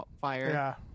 fire